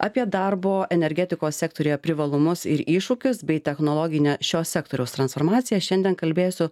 apie darbo energetikos sektoriuje privalumus ir iššūkius bei technologinę šio sektoriaus transformaciją šiandien kalbėsiu